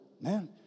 man